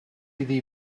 iddi